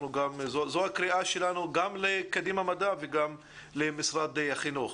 זו הקריאה שלנו גם לקדימה מדע וגם למשרד החינוך.